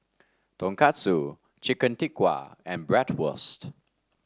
Tonkatsu Chicken Tikka and Bratwurst